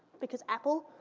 because apple,